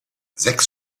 sechs